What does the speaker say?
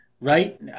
right